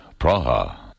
Praha